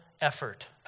effort